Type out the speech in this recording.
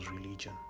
religion